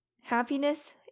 happiness